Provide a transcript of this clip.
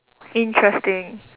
interesting